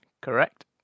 Correct